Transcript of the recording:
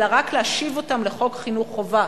אלא רק להשיב אותם לחוק חינוך חובה